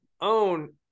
own